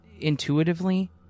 Intuitively